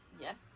yes